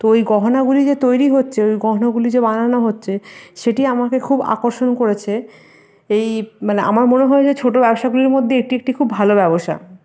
তো ওই গহনাগুলি যে তৈরি হচ্ছে ওই গহনাগুলি যে বানানো হচ্ছে সেটি আমাকে খুব আকর্ষণ করেছে এই মানে আমার মনে হয় যে ছোটো ব্যবসাগুলির মধ্যে এটি একটি খুব ভালো ব্যবসা